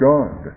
God